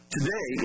Today